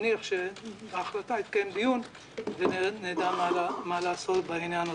מניח שיתקיים דיון ונדע מה לעשות בעניין הזה.